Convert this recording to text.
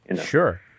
Sure